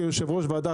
כיושב-ראש ועדה,